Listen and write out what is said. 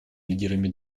лидерами